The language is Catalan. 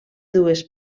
dues